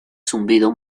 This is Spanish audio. zumbido